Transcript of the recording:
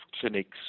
clinics